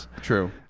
true